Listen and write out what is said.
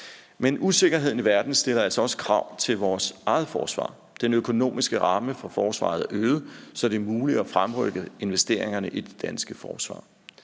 Men usikkerheden i verden stiller altså også krav til vores eget forsvar. Den økonomiske ramme for forsvaret er øget, så det er muligt at fremrykke investeringerne i det danske forsvar.